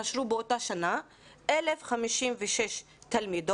נשרו באותה שנה 1,056 תלמידות,